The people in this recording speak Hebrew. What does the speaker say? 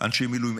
אנשי מילואים.